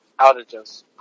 outages